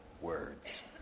words